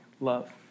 love